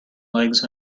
legs